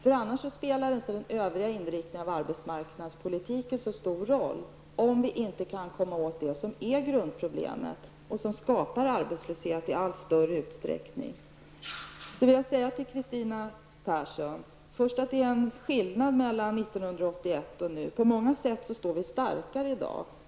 Om vi inte kan komma åt det som är grundproblemet och som skapar arbetslöshet i allt större utsträckning spelar den övriga inriktningen av arbetsmarknadspolitiken inte så stor roll. Jag vill till Kristina Svensson säga att det är skillnad mellan 1981 och nu. På många sätt står vi starkare i dag.